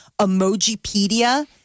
Emojipedia